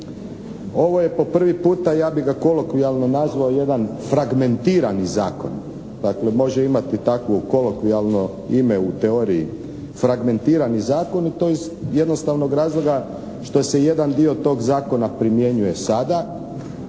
Ovo je po prvi puta ja bih ga kolokvijalno nazvao jedan fragmentirani zakon. Dakle može imati takvo kolokvijalno ime u teoriji, fragmentirani zakon i to iz jednostavnog razloga što se jedan dio tog zakona primjenjuje sada,